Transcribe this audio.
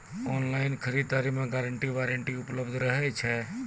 Online खरीद दरी मे गारंटी वारंटी उपलब्ध रहे छै?